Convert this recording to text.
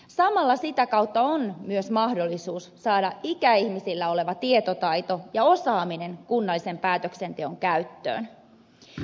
samalla sitä kautta on myös mahdollisuus saada ikäihmisillä oleva tietotaito ja osaaminen kunnallisen päätöksenteon käyttöön